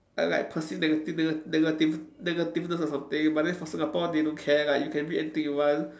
like like perceive negative nega~ negative negativeness or something but then for Singapore they don't care like you can read anything you want